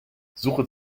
suche